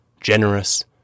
generous